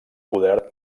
poder